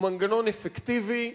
הוא מנגנון אפקטיבי,